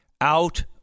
out